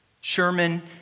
Sherman